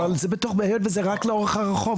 זה רק לאורך הרחוב,